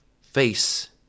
face